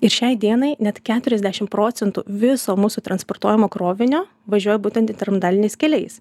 ir šiai dienai net keturiasdešim procentų viso mūsų transportuojamo krovinio važiuoja būtent intermodalinias keliais